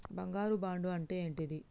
బంగారు బాండు అంటే ఏంటిది?